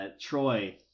Troy